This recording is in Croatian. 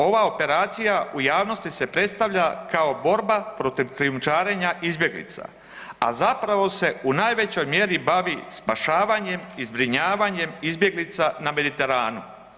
Ova operacija u javnosti se predstavlja kao borba protiv krijumčarenja izbjeglica, a zapravo se u najvećoj mjeri bavi spašavanjem i zbrinjavanjem izbjeglica na Mediteranu.